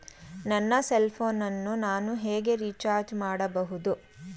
ನನ್ನ cell phone ಅನ್ನು ನಾನು ಹೇಗೆ ರಿಚಾರ್ಜ್ ಮಾಡಬಹುದು?